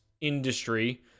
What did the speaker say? industry